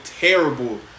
terrible